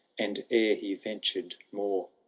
and ere he ventured more.